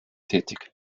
tätig